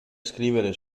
scrivere